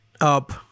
up